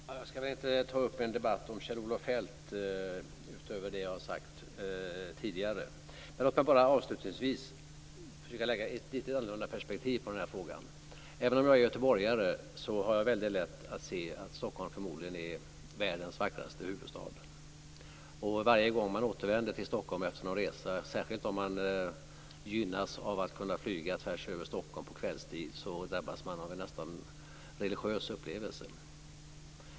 Herr talman! Jag ska inte ta upp en debatt om Kjell-Olof Feldt utöver det jag tidigare har sagt. Låt mig bara avslutningsvis försöka lägga ett litet annorlunda perspektiv på frågan. Även om jag är göteborgare har jag lätt att se att Stockholm förmodligen är världens vackraste huvudstad. Varje gång man återvänder till Stockholm efter någon resa, särskilt om man gynnas av att kunna flyga tvärs över Stockholm på kvällstid, drabbas man av en nästan religiös upplevelse.